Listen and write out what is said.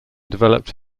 developed